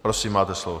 Prosím, máte slovo.